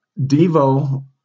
Devo